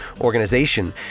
organization